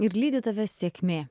ir lydi tave sėkmė